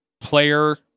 player